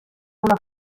una